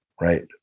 right